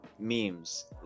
memes